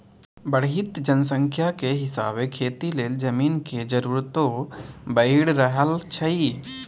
बढ़इत जनसंख्या के हिसाबे खेती लेल जमीन के जरूरतो बइढ़ रहल छइ